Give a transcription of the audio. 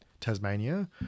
Tasmania